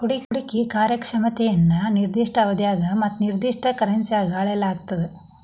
ಹೂಡ್ಕಿ ಕಾರ್ಯಕ್ಷಮತೆಯನ್ನ ನಿರ್ದಿಷ್ಟ ಅವಧ್ಯಾಗ ಮತ್ತ ನಿರ್ದಿಷ್ಟ ಕರೆನ್ಸಿನ್ಯಾಗ್ ಅಳೆಯಲಾಗ್ತದ